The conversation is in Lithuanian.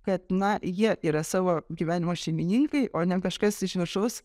kad na jie yra savo gyvenimo šeimininkai o ne kažkas iš viršaus